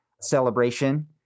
celebration